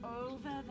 over